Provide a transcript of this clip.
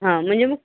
हा म्हणजे मग